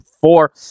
four